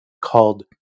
called